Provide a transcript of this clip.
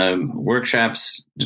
Workshops